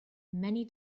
many